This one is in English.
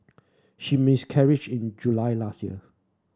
she miscarriage in July last year